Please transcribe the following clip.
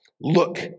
Look